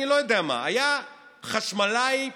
אני לא יודע מה, חשמלאי תותח,